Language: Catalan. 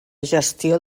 gestió